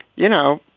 you know,